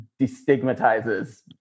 destigmatizes